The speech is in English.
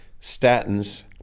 statins